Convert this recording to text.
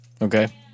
Okay